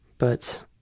but